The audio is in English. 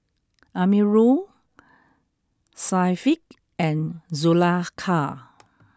Amirul Syafiq and Zulaikha